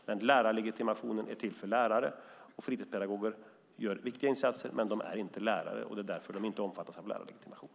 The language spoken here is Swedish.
Men de är inte lärare, och det är därför de inte omfattas av lärarlegitimation.